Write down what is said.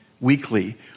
weekly